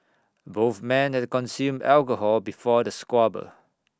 both men had consumed alcohol before the squabble